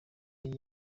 yari